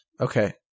Okay